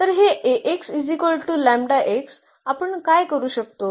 तर हे आपण काय करू शकतो